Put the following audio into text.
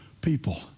people